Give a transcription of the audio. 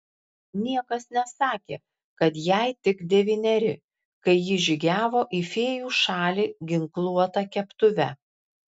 niekas nesakė kad jai tik devyneri kai ji žygiavo į fėjų šalį ginkluota keptuve